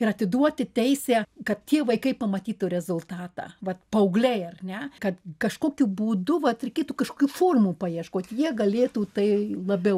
ir atiduoti teisę kad tie vaikai pamatytų rezultatą vat paaugliai ar ne kad kažkokiu būdu vat reikėtų kažkokių formų paieškot jie galėtų tai labiau